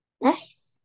Nice